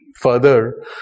further